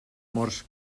morts